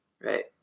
right